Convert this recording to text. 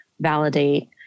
validate